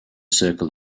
circle